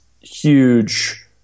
huge